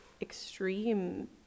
extreme